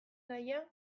gaia